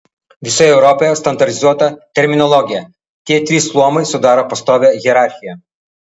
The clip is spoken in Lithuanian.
visoje europoje standartizuota terminologija tie trys luomai sudaro pastovią hierarchiją